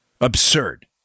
absurd